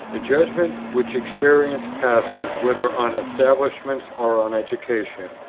the judgment, which experience passes whether on establishments or on education,